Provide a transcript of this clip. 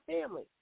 family